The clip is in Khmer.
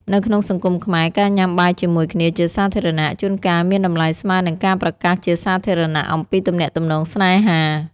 នៅក្នុងសង្គមខ្មែរ ការញ៉ាំបាយជាមួយគ្នាជាសាធារណៈ ជួនកាលមានតម្លៃស្មើនឹងការប្រកាសជាសាធារណៈអំពីទំនាក់ទំនងស្នេហា។